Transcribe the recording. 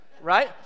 Right